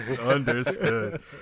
understood